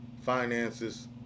finances